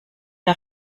der